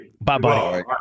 bye-bye